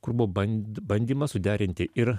kur buvo ban bandymas suderinti ir